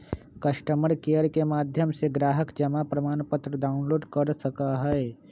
customer care के माध्यम से ग्राहक जमा प्रमाणपत्र डाउनलोड कर सका हई